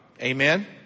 Amen